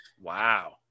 Wow